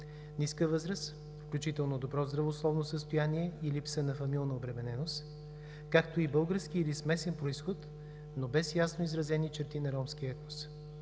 ниска възраст, включително добро здравословно състояние и липса на фамилна обремененост, както и български или смесен произход, но без ясно изразени черти на ромския етнос.